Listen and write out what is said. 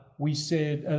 we said,